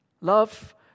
Love